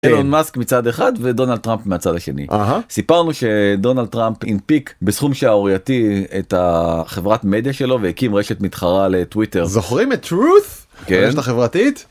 אילון מאסק מצד אחד ודונלד טראמפ מהצד השני סיפרנו שדונלד טראמפ הנפיק בסכום שערורייתי את החברת מדיה שלו והקים רשת מתחרה לטוויטר זוכרים את truth הרשת החברתית.